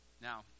Now